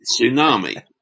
tsunami